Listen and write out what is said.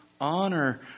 honor